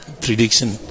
prediction